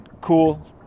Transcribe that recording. cool